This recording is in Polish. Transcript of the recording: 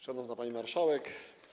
Szanowna Pani Marszałek!